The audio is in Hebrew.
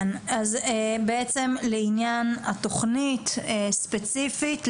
אז בעצם לעניין התוכנית ספציפית,